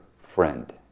friend